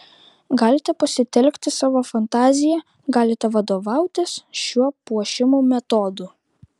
galite pasitelkti savo fantaziją galite vadovautis šiuo puošimo metodu